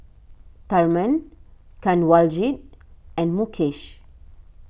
Tharman Kanwaljit and Mukesh